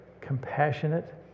compassionate